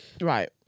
right